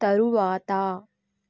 తరువాత